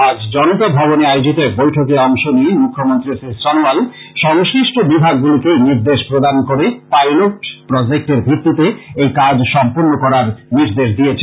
আজ জনতা ভবনে আয়োজিত এক বৈঠকে অংশ নিয়ে মুখ্যমন্ত্রী শ্রী সনোয়াল সংশ্লিষ্ট বিভাগগুলিকে এই নির্দেশ প্রদান করে পাইলট প্রজেক্টের ভিত্তিতে এই কাজ সম্পন্ন করার নির্দেশ দিয়েছেন